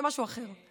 זה משהו אחר.